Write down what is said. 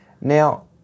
Now